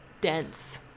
dense